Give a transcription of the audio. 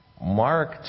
mark